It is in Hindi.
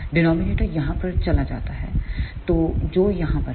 डिनॉमिनेटर यहाँ पर चला जाता है तो जो यहाँ पर है